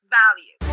value